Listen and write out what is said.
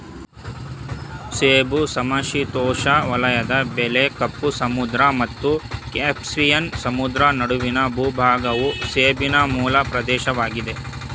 ಸೇಬು ಸಮಶೀತೋಷ್ಣ ವಲಯದ ಬೆಳೆ ಕಪ್ಪು ಸಮುದ್ರ ಮತ್ತು ಕ್ಯಾಸ್ಪಿಯನ್ ಸಮುದ್ರ ನಡುವಿನ ಭೂಭಾಗವು ಸೇಬಿನ ಮೂಲ ಪ್ರದೇಶವಾಗಿದೆ